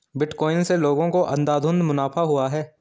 bitcoin से लोगों को अंधाधुन मुनाफा हुआ है